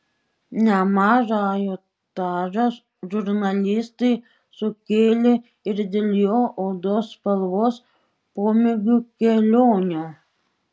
nemažą ažiotažą žurnalistai sukėlė ir dėl jo odos spalvos pomėgių kelionių